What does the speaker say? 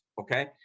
okay